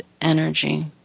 energy